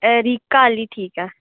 Rica आह्ली ठीक ऐ